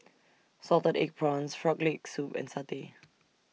Salted Egg Prawns Frog Leg Soup and Satay